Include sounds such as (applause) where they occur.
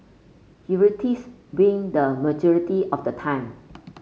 (unintelligible) win the majority of the time